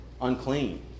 unclean